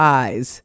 eyes